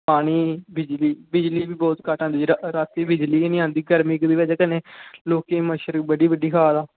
पानी बिजली बी बहुत घट्ट आंदी ते रातीं बिजली गै निं आंदी ते कन्नै लोकें ई मच्छर कट्टी खा दा